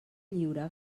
lliure